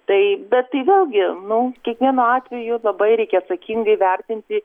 tai bet tai vėlgi nu kiekvienu atveju labai reikia atsakingai vertinti